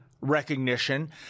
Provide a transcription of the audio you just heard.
recognition